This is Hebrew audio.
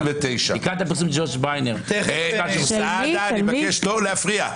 229. סעדה, אני מבקש לא להפריע.